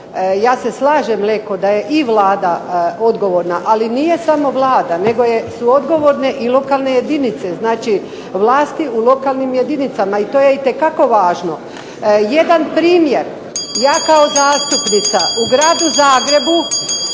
Ja se slažem Leko da je i Vlada odgovorna, ali nije samo Vlada nego su odgovorne i lokalne jedinice, znači vlasti u lokalnim jedinicama i to je itekako važno. Jedan primjer. Ja kao zastupnica u Gradu Zagrebu